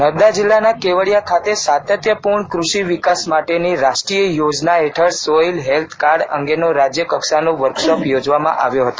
નર્મદા જિલ્લાના કેવડીયા ખાતે સાતત્યપૂર્ણ કૃષિ વિકાસ માટેની રાષ્ટ્રીય યોજના હેઠળ સોઇલ હેલ્થ કાર્ડ અંગેનો રાજ્યકક્ષાનો વર્કશોપ યોજવામાં આવ્યો હતો